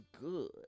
good